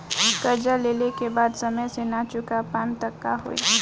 कर्जा लेला के बाद समय से ना चुका पाएम त का होई?